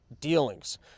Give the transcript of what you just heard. dealings